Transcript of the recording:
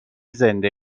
زنده